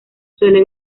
suele